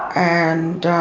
and